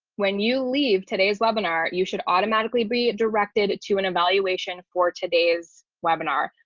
when you leave today's webinar, you should automatically be directed to an evaluation for today's webinar.